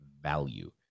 value